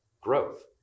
Growth